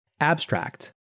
Abstract